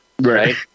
Right